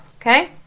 Okay